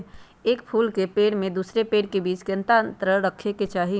एक फुल के पेड़ के दूसरे पेड़ के बीज केतना अंतर रखके चाहि?